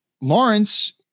Lawrence